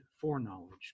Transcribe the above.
foreknowledge